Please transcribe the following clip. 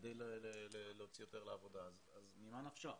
כדי להוציא יותר לעבודה, אז ממה נפשך?